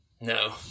No